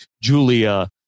Julia